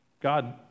God